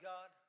God